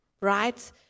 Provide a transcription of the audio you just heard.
right